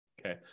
okay